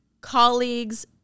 colleagues